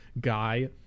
guy